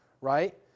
right